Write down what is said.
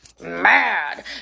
mad